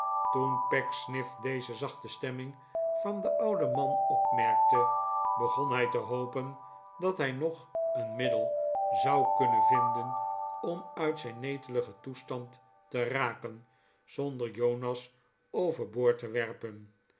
en pecksniff deze zachte stemming van den ouden man opmerkte begon hij te hopen dat hij nog een middel zou kunnen vinden om uit zijn neteligen toestand te raken zonder jonas over boord te werpen